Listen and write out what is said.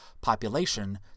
population